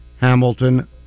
Hamilton